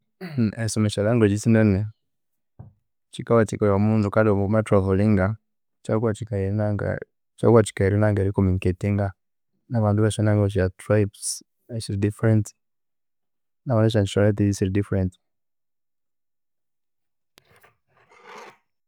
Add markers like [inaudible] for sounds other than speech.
[hesitation] erisoma esyalanguage sinene kyikawathikaya omundu kale wamatravellinga kyikakuwathikaya enanga kyikakuwathikaya eri communicatinga nabandu besyananga esyatribe esiri different nabesindi esya [unintelligible] esiri different